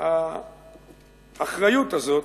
והאחריות הזאת,